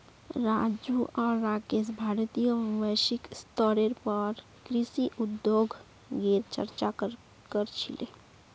राजू आर राकेश भारतीय एवं वैश्विक स्तरेर पर कृषि उद्योगगेर चर्चा क र छीले